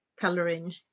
coloring